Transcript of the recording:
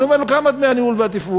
אני אומר לו: כמה דמי הניהול והתפעול?